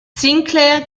sinclair